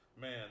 Man